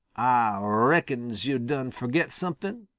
ah reckons yo' done forget something,